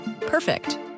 Perfect